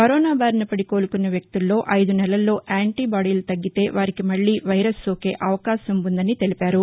corona బారినపడి కోలుకున్న వ్యక్తుల్లో ఐదు నెలల్లో యాంటీబాదీలు తగ్గితే వారికి మల్లీ వైరస్ సోకే అవకాశం ఉ ందని తెలిపారు